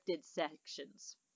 sections